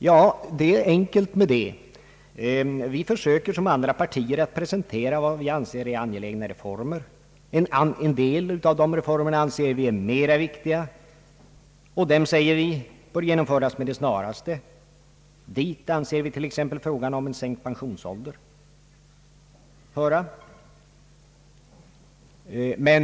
Vi försöker emellertid bara att som andra partier presentera vad vi anser vara angelägna reformer. En del av dessa reformer anser vi vara viktigare än andra, och de bör genomföras med det snaraste. Dit anser vi t.ex. att frågan om en sänkt pensionsålder hör.